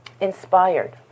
inspired